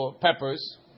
peppers